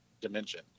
dimension